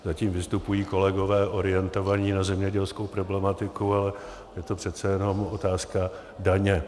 Zatím vystupují kolegové orientovaní na zemědělskou problematiku, ale je to přece jenom otázka daně.